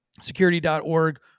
security.org